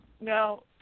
no